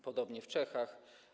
Podobnie w Czechach.